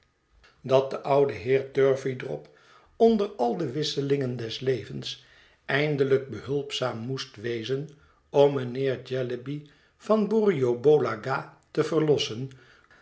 dat de oude heer turveydrop onder al de wisselingen des levens eindelijk behulpzaam moest wezen om mijnheer jellyby van borrioboola gha te verlossen